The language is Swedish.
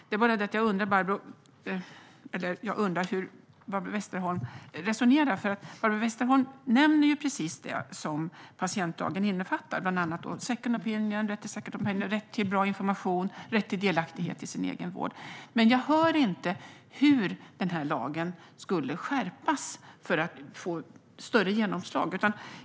Det är bara det att jag undrar hur hon resonerar, för hon nämner precis det som patientlagen innefattar, bland annat rätt till second opinion, rätt till bra information och rätt till delaktighet i sin egen vård. Jag hör däremot inte hur den här lagen skulle skärpas för att få större genomslag.